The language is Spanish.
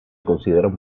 consideran